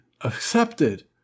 accepted